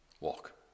Walk